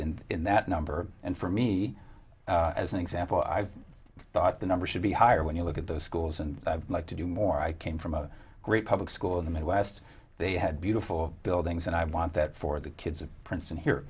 in in that number and for me as an example i thought the number should be higher when you look at the schools and like to do more i came from a great public school in the midwest they had beautiful buildings and i want that for the kids of princeton here